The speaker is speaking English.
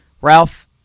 Ralph